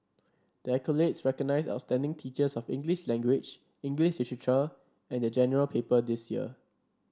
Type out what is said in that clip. the accolades recognise outstanding teachers of English language English literature and the General Paper this year